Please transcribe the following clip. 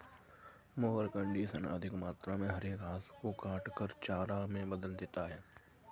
mower conditioner अधिक मात्रा में हरे घास को काटकर चारा में बदल देता है